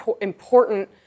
important